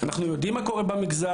אנחנו יודעים מה קורה במגזר,